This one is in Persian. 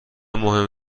مهم